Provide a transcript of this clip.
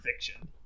fiction